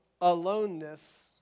aloneness